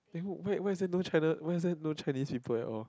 eh who where where there's no China where there no Chinese people at all